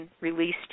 released